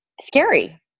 scary